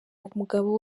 umugabo